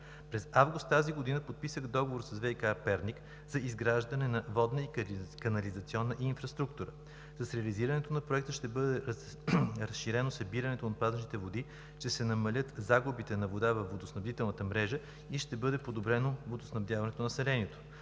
месец август тази година подписах договор с ВиК – Перник, за изграждане на водна и канализационна инфраструктура. С реализирането на Проекта ще бъде разширено събирането на отпадъчните води, ще се намалят загубите на вода във водоснабдителната мрежа и ще бъде подобрено водоснабдяването на населението.